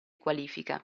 qualifica